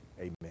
Amen